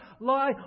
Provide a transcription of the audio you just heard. lie